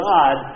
God